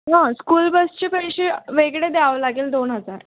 no स्कूलबसचे पैसे वेगळे द्यावे लागेल दोन हजार